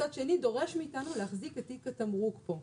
מצד שני דורש מאיתנו להחזיק את תיק התמרוק פה.